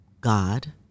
God